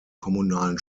kommunalen